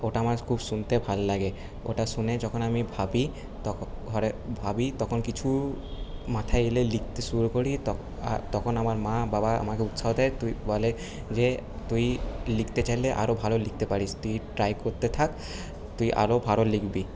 ওটা আমার খুব শুনতে ভাল লাগে ওটা শুনে যখন আমি ভাবি তখন ঘরে ভাবি তখন কিছু মাথায় এলেই লিখতে শুরু করি তখন তখন আমার মা বাবা আমাকে উৎসাহ দেয় তুই বলে যে তুই লিখতে চাইলে আরও ভালো লিখতে পারিস তুই ট্রাই করতে থাক তুই আরও ভালো লিখবি